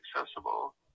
accessible